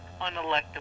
unelectable